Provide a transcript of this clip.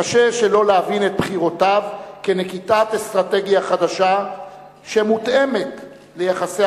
קשה שלא להבין את בחירותיו כנקיטת אסטרטגיה חדשה שמותאמת ליחסי